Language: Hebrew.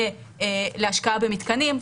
להשקעה במתקנים,